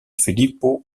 filippo